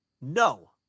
no